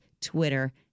twitter